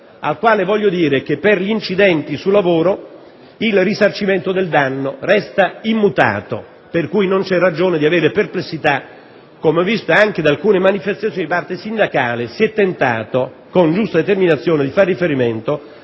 Casson voglio dire che per gli incidenti sul lavoro il risarcimento del danno resta immutato, per cui non c'è ragione di avere perplessità, come ho visto anche da alcune manifestazioni di parte sindacale, in cui si è tentato, con giusta determinazione, di far riferimento